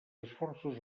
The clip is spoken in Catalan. esforços